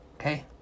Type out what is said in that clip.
Okay